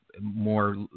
more